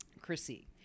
Chrissy